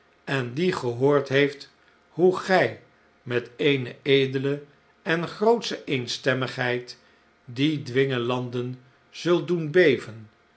en die gehoord heeft hoe gij met eene edele en grootsche eenstemmigheid die dwingelanden zult doen beven